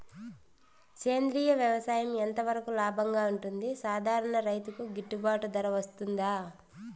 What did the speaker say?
సేంద్రియ వ్యవసాయం ఎంత వరకు లాభంగా ఉంటుంది, సాధారణ రైతుకు గిట్టుబాటు ధర వస్తుందా?